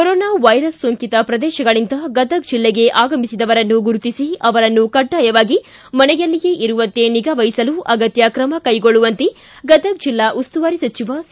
corona virus ಸೊಂಕಿತ ಪ್ರದೇಶಗಳಿಂದ ಗದಗ್ ಜಿಲ್ಲೆಗೆ ಆಗಮಿಸಿದವರನ್ನು ಗುರುತಿಸಿ ಅವರನ್ನು ಕಡ್ಡಾಯವಾಗಿ ಮನೆಯಲ್ಲಿಯೇ ಇರುವಂತೆ ನಿಗಾವಓಸಲು ಅಗತ್ತ ಕ್ರಮಕ್ಕೆಗೊಳ್ಳುವಂತೆ ಗದಗ ಜಿಲ್ಲಾ ಉಸ್ತುವಾರಿ ಸಚಿವ ಸಿ